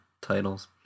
titles